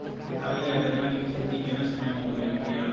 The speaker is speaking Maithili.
केतारी आ गन्ना के खेती केना समय में होयत या?